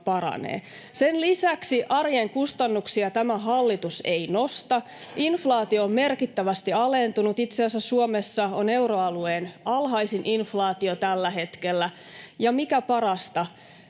Sen lisäksi arjen kustannuksia tämä hallitus ei nosta. Inflaatio on merkittävästi alentunut — itse asiassa Suomessa on euroalueen alhaisin inflaatio tällä hetkellä — ja mikä parasta,